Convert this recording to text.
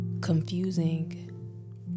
confusing